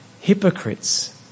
hypocrites